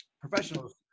professionals